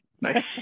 Nice